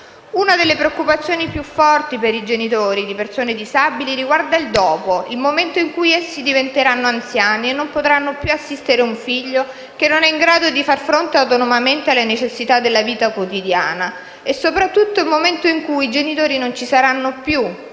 Una delle preoccupazioni più forti per i genitori di persone disabili riguarda il dopo, il momento in cui essi diventeranno anziani e non potranno più assistere un figlio che non è in grado di far fronte autonomamente alle necessità della vita quotidiana e soprattutto il momento in cui i genitori non ci saranno più